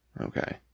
okay